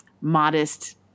modest